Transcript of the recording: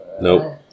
Nope